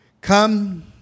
Come